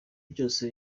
byose